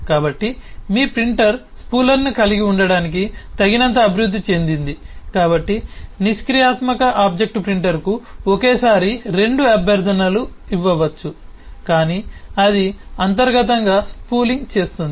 కాబట్టి మీ ప్రింటర్ స్పూలర్ను కలిగి ఉండటానికి తగినంతగా అభివృద్ధి చెందింది కాబట్టి నిష్క్రియాత్మక ఆబ్జెక్ట్ ప్రింటర్కు ఒకేసారి రెండు అభ్యర్థనలు ఇవ్వవచ్చు కాని అది అంతర్గతంగా స్పూలింగ్ చేస్తుంది